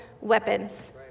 weapons